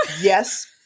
Yes